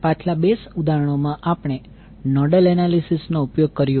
પાછલા બે ઉદાહરણોમાં આપણે નોડલ એનાલિસિસ નો ઉપયોગ કર્યો